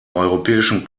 europäischen